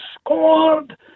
scored